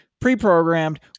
pre-programmed